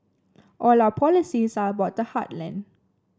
all our policies are about the heartland